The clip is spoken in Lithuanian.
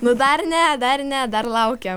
nu dar ne dar ne dar laukia